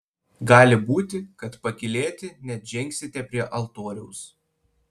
gali būti kad pakylėti net žengsite prie altoriaus